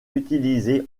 utilisées